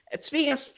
speaking